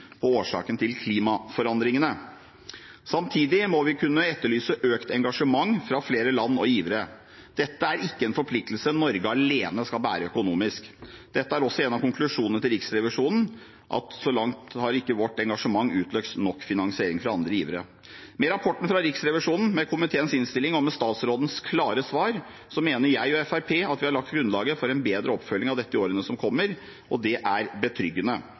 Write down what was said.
på årsaken til klimaforandringene. Samtidig må vi kunne etterlyse økt engasjement fra flere land og givere. Dette er ikke en forpliktelse Norge alene skal bære økonomisk. Det er også en av konklusjonene til Riksrevisjonen at så langt har ikke vårt engasjement utløst nok finansiering fra andre givere. Med rapporten fra Riksrevisjonen, med komiteens innstilling og med statsrådens klare svar mener jeg og Fremskrittspartiet at vi har lagt grunnlaget for en bedre oppfølging av dette i årene som kommer. Det er betryggende.